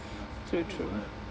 true true